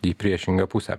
į priešingą pusę